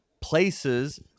places